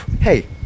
Hey